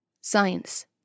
Science